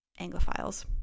Anglophiles